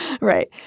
Right